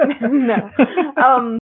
No